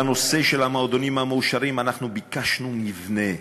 בנושא של המועדונים המאושרים אנחנו ביקשנו מבנה.